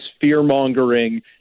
fear-mongering